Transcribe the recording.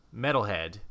Metalhead